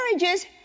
marriages